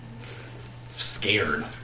scared